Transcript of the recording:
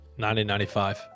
1995